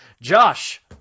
Josh